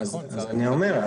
אז אני אומר,